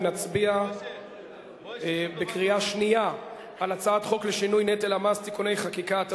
ונצביע בקריאה שנייה על הצעת חוק לשינוי נטל המס (תיקוני חקיקה),